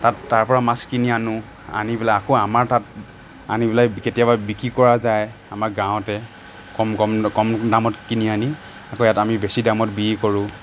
তাত তাৰপৰা মাছ কিনি আনোঁ আনি পেলাই আকৌ আমাৰ তাত আনি পেলাই কেতিয়াবা বিক্ৰী কৰা যায় আমাৰ গাঁৱতে কম কম দাম কম দামত কিনি আনি আকৌ ইয়াত আমি বেছি দামত বিক্ৰী কৰোঁ